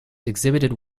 exhibited